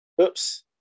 Oops